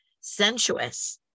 sensuous